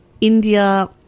India